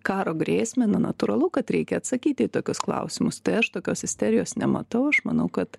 karo grėsmę na natūralu kad reikia atsakyti į tokius klausimus tai aš tokios isterijos nematau aš manau kad